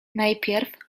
najpierw